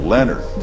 Leonard